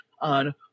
on